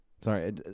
Sorry